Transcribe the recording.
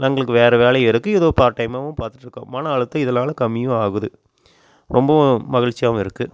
ஆனால் எங்களுக்கு வேறு வேலையும் இருக்குது இதுவும் பார்ட் டைம்மாகவும் பார்த்துட்ருக்கோம் மன அழுத்தம் இதனால் கம்மியும் ஆகுது ரொம்பவும் மகிழ்ச்சியாகவும் இருக்குது